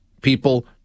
people